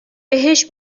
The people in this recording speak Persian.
بهش